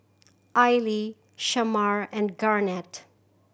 Aili Shamar and Garnett